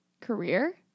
Career